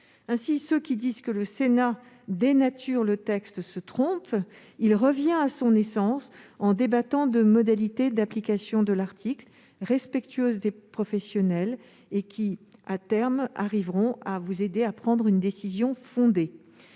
et ceux qui prétendent que le Sénat dénature le texte se trompent. Nous revenons à son essence, en débattant de modalités d'application de l'article respectueuses des professionnels, ce qui, à terme, mes chers collègues, vous aidera à prendre une décision fondée.